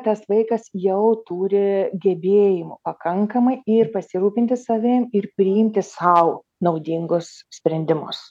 tas vaikas jau turi gebėjimų pakankamai ir pasirūpinti savim ir priimti sau naudingus sprendimus